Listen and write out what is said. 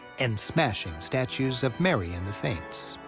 and smashing statues of mary and the saints.